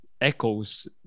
echoes